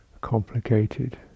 complicated